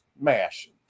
MASH